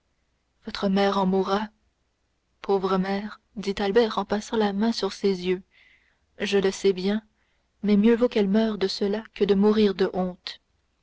votre mère en mourra pauvre mère dit albert en passant la main sur ses yeux je le sais bien mais mieux vaut qu'elle meure de cela que de mourir de honte